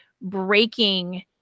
breaking